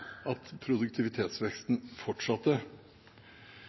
at produktivitetsveksten fortsatte.